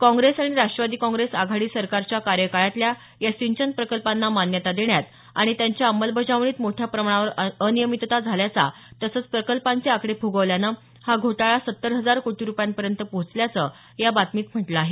काँग्रेस आणि राष्ट्रवादी काँग्रेस आघाडी सरकारच्या कार्यकाळातल्या या सिंचन प्रकल्पांना मान्यता देण्यात आणि त्यांच्या अंमलबजावणीत मोठ्या प्रमाणावर अनियमितता झाल्याचा तसंच प्रकल्पांचे आकडे फुगवल्यानं हा घोटाळा सत्तर हजार कोटी रुपयांपर्यंत पोहोचल्याचं या बातमीत म्हटलं आहे